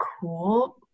cool